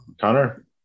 connor